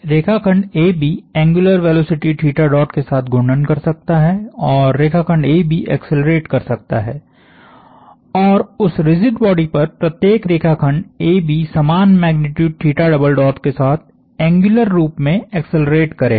रेखाखंड AB angular velocity के साथ घूर्णन कर सकता है और रेखाखंड AB एक्सेलरेट कर सकता है और उस रिजिड बॉडी पर प्रत्येक रेखाखंड AB समान मैग्नीट्यूडके साथ एंग्युलर रूप में एक्सेलरेट करेगा